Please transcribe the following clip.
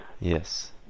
Yes